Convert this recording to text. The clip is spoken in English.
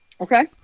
Okay